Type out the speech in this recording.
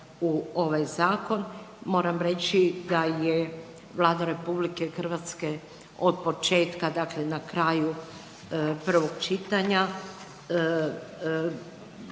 u ovaj zakon. Moram reći da je Vlada RH od početka dakle na kraju prvog čitanja